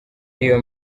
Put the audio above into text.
iyo